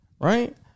Right